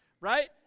Right